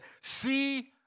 see